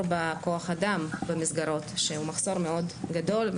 בכוח אדם במסגרות שהוא מחסור מאוד גדול,